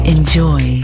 Enjoy